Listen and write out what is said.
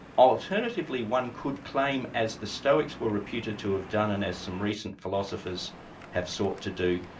alternatively, one could claim as the stoics were reputed to have done, and as some recent philosophers have sought to do,